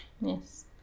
Yes